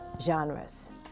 genres